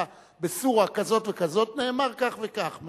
בסורה כזאת וכזאת נאמר כך וכך.